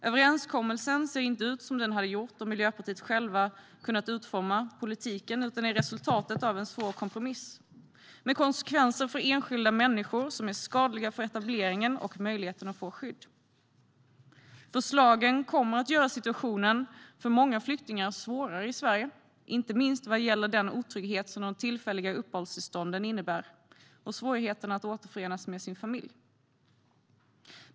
Överenskommelsen ser inte ut som den hade gjort om Miljöpartiet självt hade kunnat utforma politiken utan är resultatet av en svår kompromiss med konsekvenser för enskilda människor som är skadliga för etableringen och möjligheten att få skydd. Förslagen kommer att göra situationen för många flyktingar svårare i Sverige, inte minst vad gäller den otrygghet som de tillfälliga uppehållstillstånden innebär och svårigheterna för människor att återförenas med sin familj.